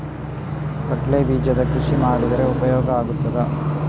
ಕಡ್ಲೆ ಬೀಜದ ಕೃಷಿ ಮಾಡಿದರೆ ಉಪಯೋಗ ಆಗುತ್ತದಾ?